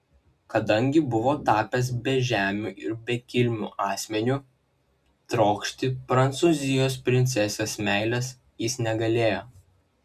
kadangi buvo tapęs bežemiu ir bekilmiu asmeniu trokšti prancūzijos princesės meilės jis negalėjo